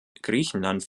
griechenland